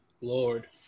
Lord